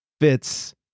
Fits